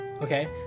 okay